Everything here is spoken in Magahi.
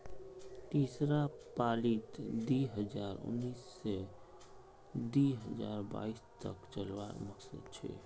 तीसरा पालीत दी हजार उन्नीस से दी हजार बाईस तक चलावार मकसद छे